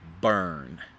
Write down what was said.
burn